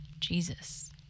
Jesus